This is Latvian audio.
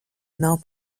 nav